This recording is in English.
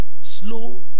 Slow